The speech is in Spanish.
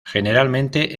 generalmente